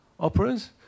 Operas